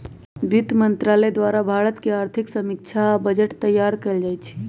वित्त मंत्रालय द्वारे भारत के आर्थिक समीक्षा आ बजट तइयार कएल जाइ छइ